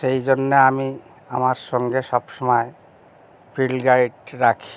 সেই জন্য আমি আমার সঙ্গে সব সময় ফিল্ড গাইড রাখি